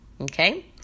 Okay